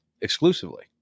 exclusively